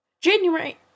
January